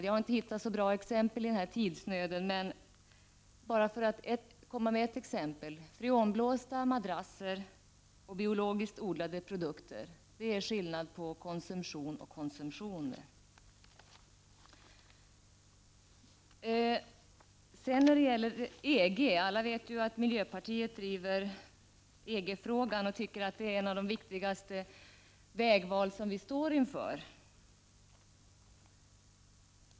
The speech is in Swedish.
I denna tidsnöd har jag inte funnit så bra exempel, men bara för att ta ett kan jag nämna freonblåsta madrasser och biologiskt odlade produkter. Detta exempel visar skillnaden mellan konsumtion och konsumtion. Alla vet att miljöpartiet driver EG-frågan och anser att denna är ett av de viktigaste vägval som vi står inför.